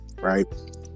right